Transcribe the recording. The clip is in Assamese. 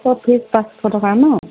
ফিজ পাঁচশ টকা ন